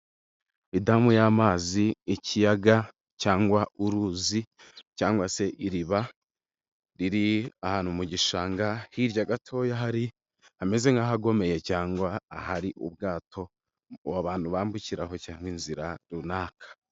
Idamu y'amazi, ikiyaga cyangwa uruzi, cyangwa se iriba riri ahantu mu gishanga, hirya gatoya hari hameze nk'ahagomeye cyangwa ahari ubwato, abantu bambukiraho cyangwa inzira runaka.